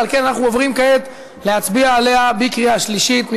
ולכן אנחנו עוברים להצביע עליה בקריאה שלישית.